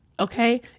Okay